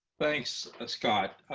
thanks, scott.